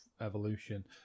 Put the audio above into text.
Evolution